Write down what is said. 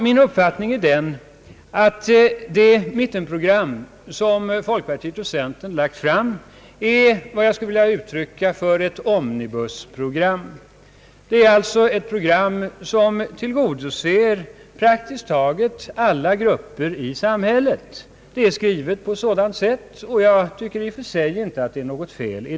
Min uppfattning är att det mittenprogram, som folkpartiet och centern lagt fram, är vad jag skulle vilja kalla ett »omnibusprogram». Det är alltså ett program som söker tillgodose praktiskt taget alla grupper i samhället. Det är skrivet på det sättet, och det är i och för sig inget fel.